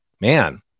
man